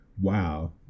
wow